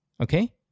Okay